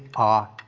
ah,